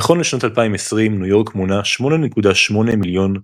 נכון לשנת 2020 ניו יורק מונה 8.8 מיליון,